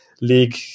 league